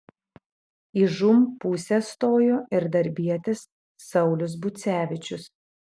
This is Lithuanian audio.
į žūm pusę stojo ir darbietis saulius bucevičius